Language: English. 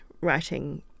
writing